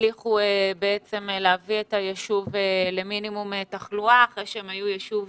הצליחו להביא את הישוב למינימום תחלואה אחרי שהם היו ישוב